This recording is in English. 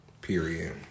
Period